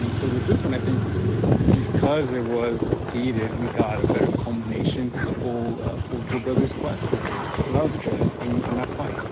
um so with this one, i think because it was gated. we got a better culmination to the whole hold your brother's quest so that was the trade-off and and that's fine.